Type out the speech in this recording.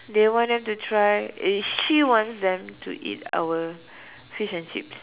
they want them to try she wants them to eat our fish and chips